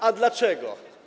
A dlaczego?